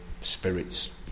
spirits